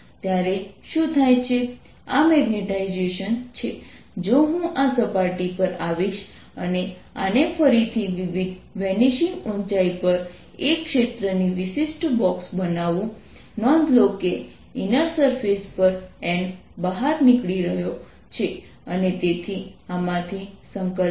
આ મેગ્નેટાઇઝેશન છે જો હું આ સપાટી પર આવીશ અને આને ફરીથી વિવિધ વેનિશિંગ ઊંચાઈ પર a ક્ષેત્ર ની વિશિષ્ટ બોક્સ બનાવું નોંધ લો કે ઇનર સરફેસ પર n બહાર નીકળી રહ્યો છે અને તેથી આમાંથી M